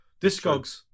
discogs